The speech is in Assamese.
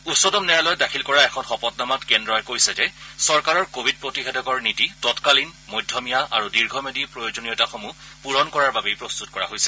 উচ্চতম ন্যায়ালয়ত দাখিল কৰা এখন শপতনামাত কেন্দ্ৰই কৈছে যে চৰকাৰৰ কোৱিড প্ৰতিষেধকৰ নীতি তৎকালীন মধ্যমীয়া আৰু দীৰ্ঘম্যাদী প্ৰয়োজনীয়তাসমূহ পূৰণ কৰাৰ বাবে প্ৰস্তুত কৰা হৈছে